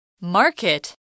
Market